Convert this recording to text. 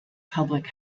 public